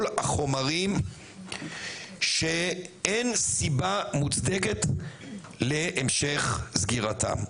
החומרים שאין סיבה מוצדקת להמשך סגירתם.